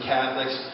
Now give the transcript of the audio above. Catholics